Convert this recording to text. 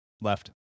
left